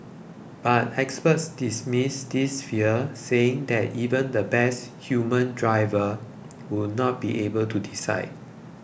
but experts dismiss this fear saying that even the best human driver would not be able to decide